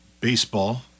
Baseball